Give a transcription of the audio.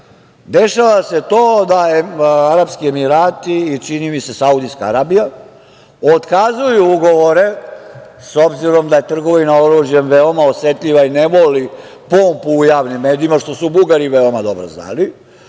dešava to da Arapski Emirati, čini mi se Saudijska Arabija, otkazuju ugovore, s obzirom da je trgovina oružjem veoma osetljiva i ne voli pompu u javnim medijima, što su Bugari veoma dobro znali.